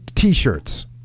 T-shirts